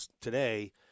today